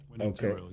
okay